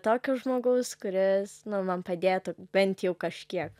tokio žmogaus kuris man padėtų bent jau kažkiek